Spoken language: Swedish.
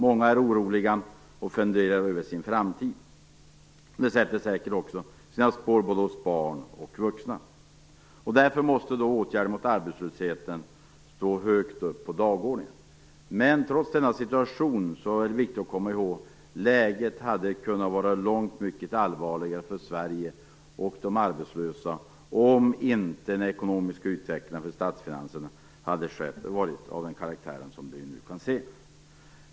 Många är oroliga och funderar över sin framtid, och det sätter säkert sina spår hos både barn och vuxna. Därför måste åtgärder mot arbetslösheten stå högt på dagordningen. Trots denna situation är det viktigt att komma ihåg att läget hade kunnat vara långt allvarligare för Sverige och för de arbetslösa om inte utvecklingen av statsfinanserna hade fått den karaktär vi nu kan se.